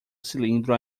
cilindro